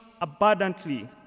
abundantly